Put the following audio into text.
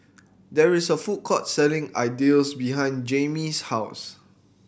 there is a food court selling Idili behind Jammie's house